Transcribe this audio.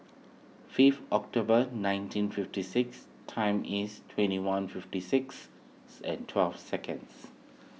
fifth October nineteen fifty six time is twenty one fifty six and twelve seconds